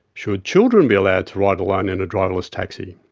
should children be allowed to ride alone in a driverless taxi?